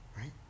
Right